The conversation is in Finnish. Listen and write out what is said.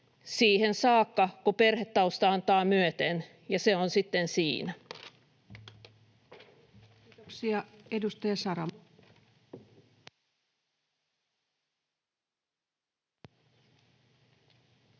siihen saakka, kun perhetausta antaa myöten, ja se on sitten siinä. Kiitoksia. — Edustaja Saramo. Arvoisa